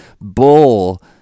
bull